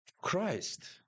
Christ